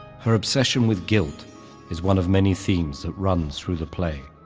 her obsession with guilt is one of many themes that runs through the play,